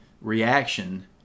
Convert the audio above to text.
reaction